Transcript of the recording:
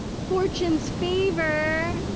fortune's favor.